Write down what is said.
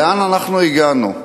לאן אנחנו הגענו?